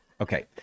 Okay